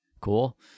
cool